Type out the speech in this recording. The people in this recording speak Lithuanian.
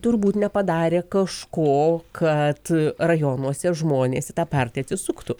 turbūt nepadarė kažko kad rajonuose žmonės į tą partiją atsisuktų